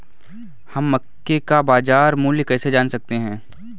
हम मक्के का बाजार मूल्य कैसे जान सकते हैं?